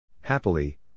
Happily